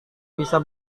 bisa